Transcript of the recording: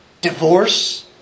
Divorce